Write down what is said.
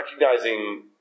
recognizing